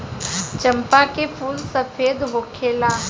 चंपा के फूल सफेद होखेला